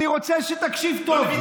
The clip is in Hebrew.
אני רוצה שתקשיב טוב.